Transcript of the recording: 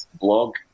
blog